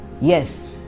yes